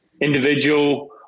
individual